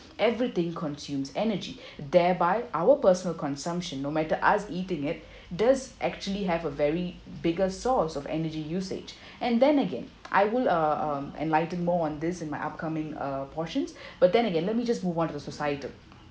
everything consumes energy thereby our personal consumption no matter us eating it does actually have a very biggest source of energy usage and then again I will uh um enlightened more on this in my upcoming uh portions but then again let me just move on to the societal